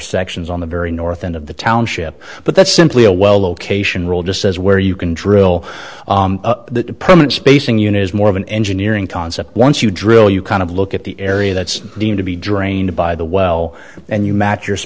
sections on the very north end of the township but that's simply a well location role just as where you can drill the permit spacing unit is more of an engineering concept once you drill you kind of look at the area that's deemed to be drained by the well and you mat